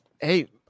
Hey